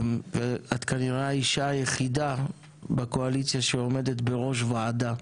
את כנראה האישה היחידה בקואליציה שעומדת בראש ועדה.